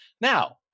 Now